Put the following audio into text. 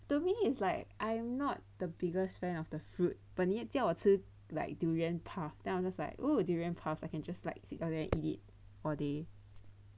to me it's like I'm not the biggest fan of the fruit but 你叫我吃 like durian puff then I'm just like oo durian puffs I can just like eat it all day